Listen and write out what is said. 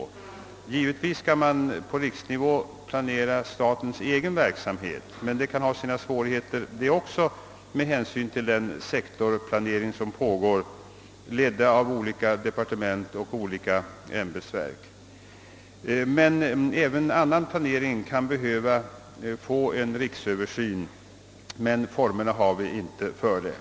Enligt min mening skall man på riksnivå planera statens egen verksamhet, men det kan ha sina svårigheter med hänsyn till den sektorplanering som pågår från olika departement och olika ämbetsverk. även annan planering kan dock behöva en riksöversyn, men formerna härför har vi inte funnit.